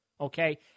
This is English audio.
okay